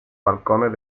balcones